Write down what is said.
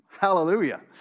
Hallelujah